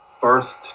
first